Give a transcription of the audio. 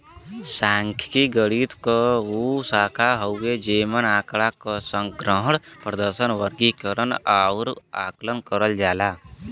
सांख्यिकी गणित क उ शाखा हउवे जेमन आँकड़ा क संग्रहण, प्रदर्शन, वर्गीकरण आउर आकलन करल जाला